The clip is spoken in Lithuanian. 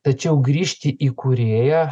tačiau grįžti į kūrėją